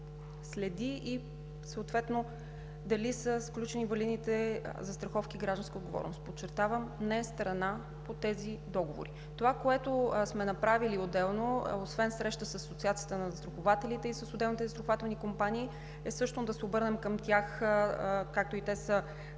следи съответно дали са сключени валидните застраховки за „Гражданска отговорност“. Подчертавам, не е страна по тези договори! Това, което сме направили отделно – освен среща с Асоциацията на застрахователите и с отделните застрахователни компании, е всъщност да се обърнем към тях, както и те са